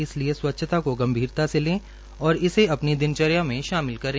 इसलिए स्वच्छता को गंभीरता से लें और इसे अपनी दिनचर्या में शामिल करें